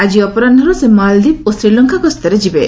ଆଜି ଅପରାହୁର୍ତ୍ର ସେ ମାଳଦ୍ୱୀପ ଓ ଶ୍ରୀଲଙ୍କା ଗସ୍ତରେ ଯିବେ